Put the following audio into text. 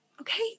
Okay